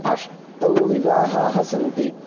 अष्टौ विवाहाः सन्ति